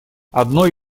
одной